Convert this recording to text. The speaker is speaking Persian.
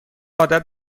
عادت